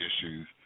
issues